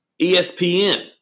ESPN